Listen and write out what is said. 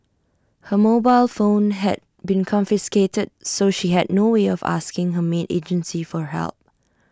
her mobile phone had been confiscated so she had no way of asking her maid agency for help